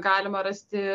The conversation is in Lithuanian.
galima rasti